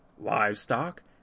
livestock